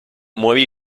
morì